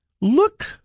look